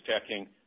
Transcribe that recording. checking